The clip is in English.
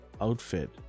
outfit